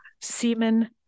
semen